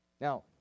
Now